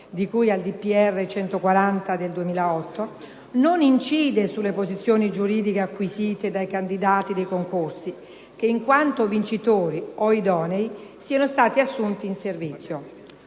10 luglio 2008, n. 140, non incide sulle posizioni giuridiche acquisite dai candidati dei predetti concorsi che, in quanto vincitori o idonei, siano stati assunti in servizio.